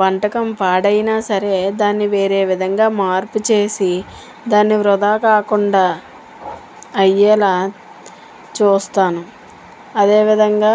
వంటకం పాడైనా సరే దాన్ని వేరే విధంగా మార్పు చేసి దాన్ని వృధా కాకుండా అయ్యేలాగా చూస్తాను అదే విధంగా